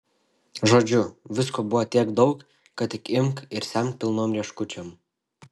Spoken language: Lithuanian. žodžiu visko buvo tiek daug kad tik imk ir semk pilnom rieškučiom